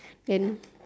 then